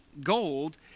gold